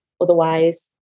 otherwise